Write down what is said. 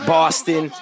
Boston